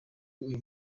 uyu